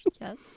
Yes